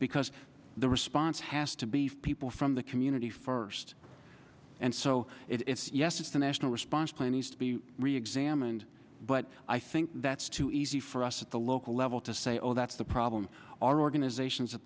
because the response has to be people from the community first and so it's yes it's the national response plan needs to be reexamined but i think that's too easy for us at the local level to say oh that's the problem our organizations at